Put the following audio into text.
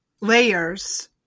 layers